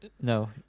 No